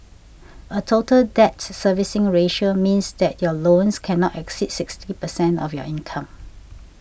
a Total Debt Servicing Ratio means that your loans cannot exceed sixty percent of your income